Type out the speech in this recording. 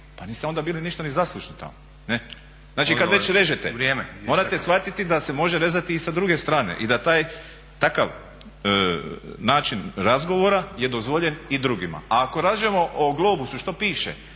Pa niste onda bili ništa ni zaslužni tamo. Znači kada već režete morate shvatiti da može rezati i sa druge strane i da taj takav način razgovora je dozvole i drugima. Ako … o globusu što piše,